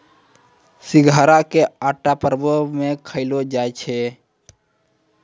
सिघाड़ा के आटा परवो मे खयलो जाय छै